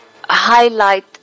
highlight